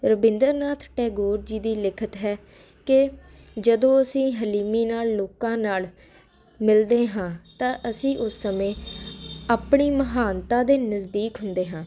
ਰਵਿੰਦਰ ਨਾਥ ਟੈਗੋਰ ਜੀ ਦੀ ਲਿਖਿਤ ਹੈ ਕਿ ਜਦੋਂ ਅਸੀਂ ਹਲੀਮੀ ਨਾਲ ਲੋਕਾਂ ਨਾਲ ਮਿਲਦੇ ਹਾਂ ਤਾਂ ਅਸੀਂ ਉਸ ਸਮੇਂ ਆਪਣੀ ਮਹਾਨਤਾ ਦੇ ਨਜ਼ਦੀਕ ਹੁੰਦੇ ਹਾਂ